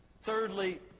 Thirdly